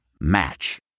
Match